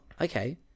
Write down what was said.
okay